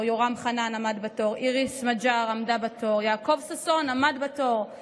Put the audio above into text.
/ יורם חנן עמד בתור / איריס מג'אר עמדה בתור / יעקב ששון עמד בתור /